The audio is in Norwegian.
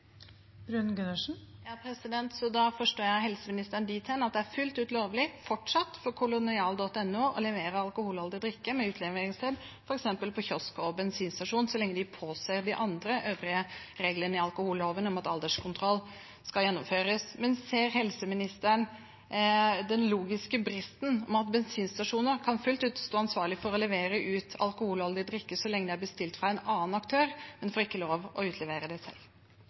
Da forstår jeg helseministeren dit hen at det fortsatt er fullt lovlig for kolonial.no å levere alkoholholdig drikke med utleveringssted på f.eks. kiosk og bensinstasjon, så lenge de påser at de øvrige reglene i alkoholloven, som alderskontroll, gjennomføres. Ser helseministeren den logiske bristen i at bensinstasjoner kan stå fullt ut ansvarlige for å levere ut alkoholholdig drikke så lenge det er bestilt fra en annen aktør, men får ikke lov til å utlevere det selv?